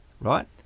right